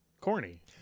corny